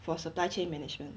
for supply chain management